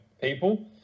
people